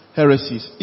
heresies